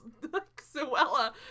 Zoella